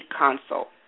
consult